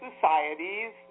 societies